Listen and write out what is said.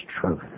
truth